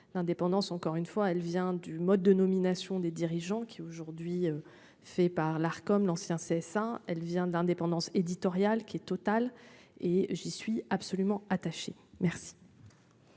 L'indépendance, encore une fois, elle vient du mode de nomination des dirigeants qui aujourd'hui. Fait par l'Arcom, l'ancien c'est ça. Elle vient d'indépendance éditoriale, qui est totale et j'y suis absolument attachés. Merci.